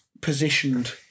positioned